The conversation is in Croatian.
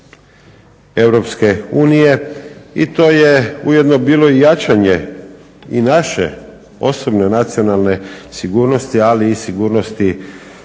Europske unije i to je ujedno bilo i jačanje i naše osobne nacionalne sigurnosti, ali i sigurnosti